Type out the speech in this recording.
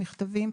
מכתבים,